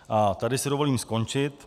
A tady si dovolím skončit.